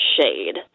shade